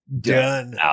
done